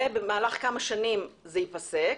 ובמהלך כמה שנים זה ייפסק,